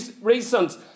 reasons